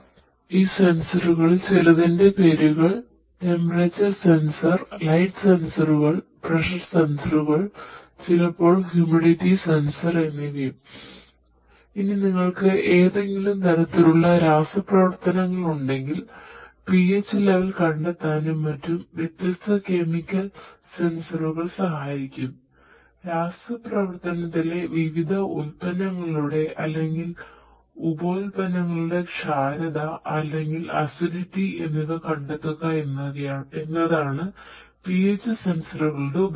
ഈ സെൻസറുകളിൽ ചിലതിന്റെ പേരുകൾ ടെമ്പറേച്ചർ സെൻസർ എന്നിവ കണ്ടെത്തുക എന്നിവയാണ് PH സെന്സറുകളുടെ ഉപയോഗം